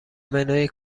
منوی